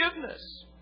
forgiveness